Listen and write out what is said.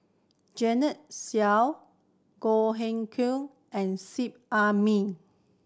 Joanne Soo Goh Hood Keng and Seet Ai Mee